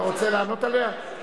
אתה רוצה לענות עליה?